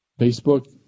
Facebook